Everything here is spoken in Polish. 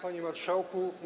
Panie Marszałku!